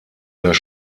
das